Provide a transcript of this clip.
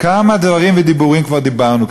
כמה דברים ודיבורים כבר דיברנו,